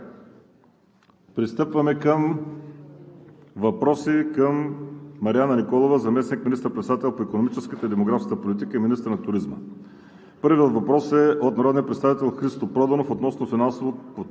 Пристъпваме към въпроси към Марияна Николова – заместник министър-председател по икономическата и демографската политика и министър на туризма. Първият въпрос е от народния представител Христо Проданов относно финансово подпомагане